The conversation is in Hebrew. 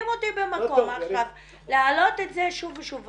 אותי במקום עכשיו להעלות את זה שוב ושוב.